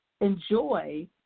enjoy